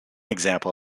example